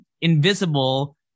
invisible